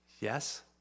Yes